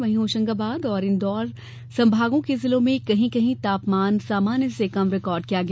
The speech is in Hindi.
वहीं होशंगाबाद और इंदौर संभागों के जिलों में कहीं कहीं तापमान सामान्य से कम रिकॉर्ड किया गया